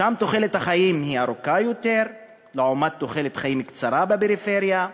שם תוחלת החיים ארוכה יותר לעומת תוחלת חיים קצרה בפריפריה,